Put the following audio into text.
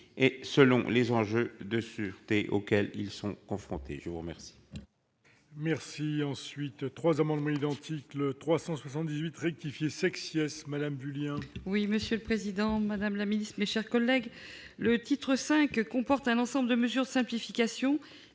et selon les enjeux de sûreté auxquels ils sont confrontés. Les trois